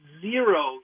zero